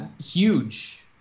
huge